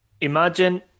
imagine